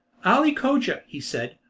ali cogia, he said,